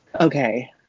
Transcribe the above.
Okay